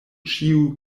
ĉiu